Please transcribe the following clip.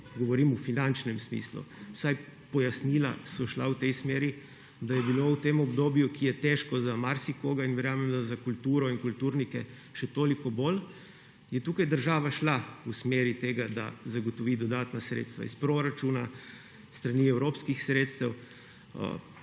Govorim o finančnem smislu. Vsaj pojasnila so šla v tej smeri, da v tem obdobju, ki je težko za marsikoga, in verjamem, da za kulturo in kulturnike še toliko bolj, je tukaj država šla v smeri tega, da zagotovi dodatna sredstva iz proračuna, s strani evropskih sredstev,